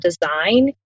design